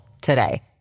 today